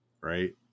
Right